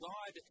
God